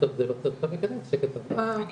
קודם כל המצגת היא מצגת שמבהירה,